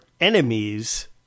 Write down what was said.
enemies